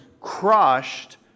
crushed